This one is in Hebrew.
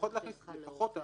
לפחות מה